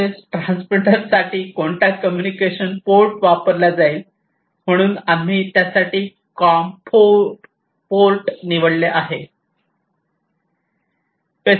तसेच ट्रान्समीटरसाठी कोणता कम्युनिकेशन पोर्ट वापरला जाईल म्हणून आम्ही त्यासाठी कॉम 4 पोर्ट निवडले आहे